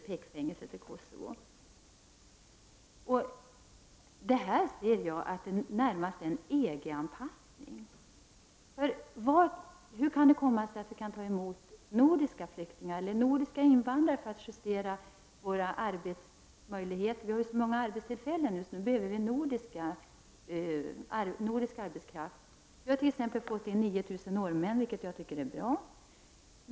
Jag anser att det som nu sker närmast är en anpassning till vad som gäller inom EG. Hur kan det komma sig att vi tar emot nordiska medborgare för att balansera vår arbetsmarknad? Vi har ju så många arbetstillfällen att vi behöver nordisk arbetskraft. Vi har t.ex. fått hit 9 000 norrmän, vilket är bra.